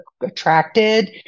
attracted